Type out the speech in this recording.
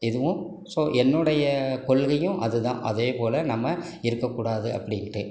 இதுவும் ஸோ என்னுடைய கொள்கையும் அதுதான் அதேபோல நம்ம இருக்கக்கூடாது அப்படின்ட்டு